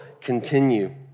continue